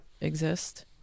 exist